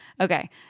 Okay